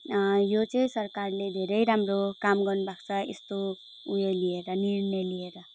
यो चाहिँ सरकारले धेरै राम्रो काम गर्नु भएको छ यस्तो उयो लिएर निर्णय लिएर